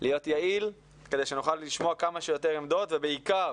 אני מבקש ממנו להיות יעיל כדי שנוכל לשמוע כמה שיותר עמדות ובעיקר